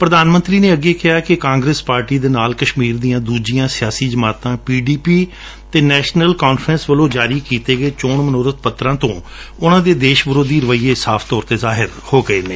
ਪ੍ਰਧਾਨ ਮੰਤਰੀ ਨੇ ਅੱਗੇ ਕਿਹ ਕਿ ਕਾਂਗਰਸ ਪਾਰਟੀ ਦੇ ਨਾਲ ਕਸ਼ਮੀਰ ਦੀਆਂ ਦੂਜੀਆਂ ਸਿਆਸੀ ਜਮਾਤਾਂ ਪੀ ਡੀ ਪੀ ਅਤੇ ਨੈਸ਼ਨਲ ਕਾਨਫਰੰਸ ਵੱਲੋਂ ਜਾਰੀ ਕੀਤੇ ਗਏ ਚੋਣ ਮਨੋਰਬ ਪੱਤਰਾਂ ਤੋਂ ਉਨਾਂ ਦੇ ਦੇਸ ਵਿਰੋਧੀ ਰਵੱਈਏ ਸਾਫ਼ ਤੌਰ ਤੇ ਜ਼ਾਹਿਰ ਹੋ ਗਏ ਨੇ